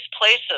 places